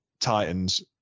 Titans